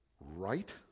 right